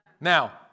Now